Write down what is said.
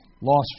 lost